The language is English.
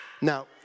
Now